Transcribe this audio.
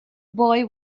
boy